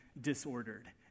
disordered